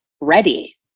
ready